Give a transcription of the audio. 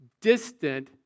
distant